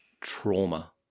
trauma